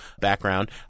background